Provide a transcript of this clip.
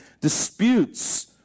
disputes